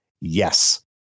Yes